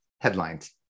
headlines